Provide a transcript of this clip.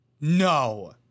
No